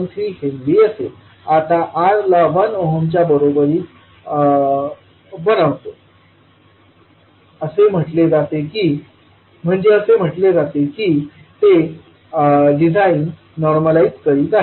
3 henry असेल आता R ला 1 ओहमच्या बरोबरीत बनवते म्हणजे असे म्हटले जाते की ते डिझाईन नॉर्मलाइज़ करीत आहे